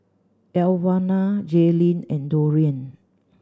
Elwanda Jayleen and Dorian